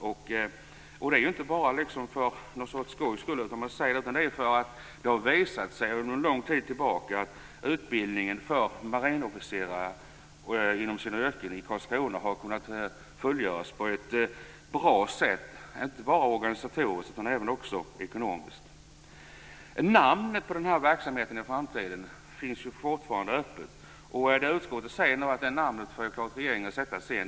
Och det är inte bara för skojs skull man säger detta. Man säger det därför att det sedan låg tid tillbaka har visat sig att utbildningen för marinofficerare i Karlskrona har kunnat fullgöras på ett bra sätt, inte bara organisatoriskt utan även ekonomiskt. Frågan om namnet på verksamheten i framtiden är fortfarande öppen. Utskottet säger att namnet får regeringen bestämma sedan.